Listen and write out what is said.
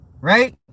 right